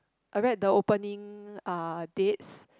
I read the opening uh dates